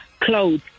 clothes